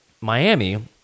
Miami